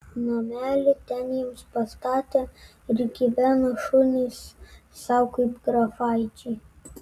namelį ten jiems pastatė ir gyveno šunys sau kaip grafaičiai